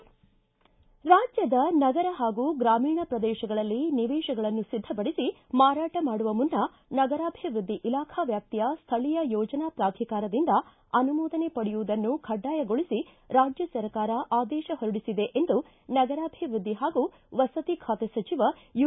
ರಾಜ್ಯದ ನಗರ ಹಾಗೂ ಗ್ರಾಮೀಣ ಪ್ರದೇಶಗಳಲ್ಲಿ ನಿವೇಶಗಳನ್ನು ಸಿದ್ಧಪಡಿಸಿ ಮಾರಾಟ ಮಾಡುವ ಮುನ್ನ ನಗರಾಭಿವೃದ್ದಿ ಇಲಾಖಾ ವ್ಯಾಪ್ತಿಯ ಸ್ವೀಯ ಯೋಜನಾ ಪ್ರಾಧಿಕಾರದಿಂದ ಅನುಮೋದನೆ ಪಡೆಯುವುದನ್ನು ಕಡ್ಡಾಯಗೊಳಿಸಿ ರಾಜ್ಯ ಸರ್ಕಾರ ಆದೇಶ ಹೊರಡಿಸಿದೆ ಎಂದು ನಗರಾಭಿವೃದ್ಧಿ ಹಾಗೂ ವಸತಿ ಖಾತೆ ಸಚಿವ ಯು